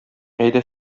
әйдә